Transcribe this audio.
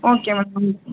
okay madam